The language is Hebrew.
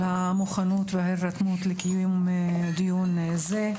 על המוכנות וההירתמות לקיום דיון זה.